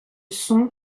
son